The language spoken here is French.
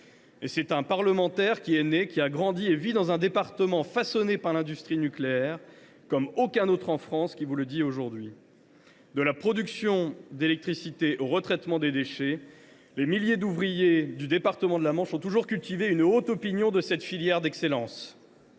C’est un parlementaire qui est né, qui a grandi et qui vit dans un département façonné par l’industrie nucléaire comme aucun autre en France qui vous le dit aujourd’hui. De la production d’électricité au retraitement des déchets, les milliers d’ouvriers de la presqu’île du Cotentin ont toujours cultivé une haute opinion de cette filière d’excellence.